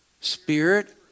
spirit